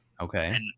Okay